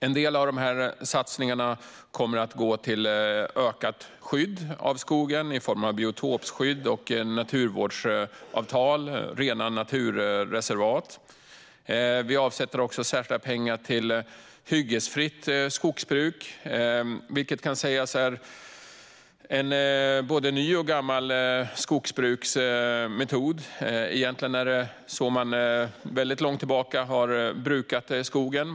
En del av dessa satsningar kommer att gå till ökat skydd av skogen i form av biotopskydd, naturvårdsavtal och rena naturreservat. Vi avsätter också särskilda pengar till hyggesfritt skogsbruk, vilket är en både ny och gammal skogsbruksmetod. Egentligen är det så här man väldigt långt tillbaka har brukat skogen.